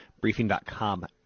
Briefing.com